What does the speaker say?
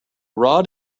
rod